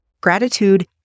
Gratitude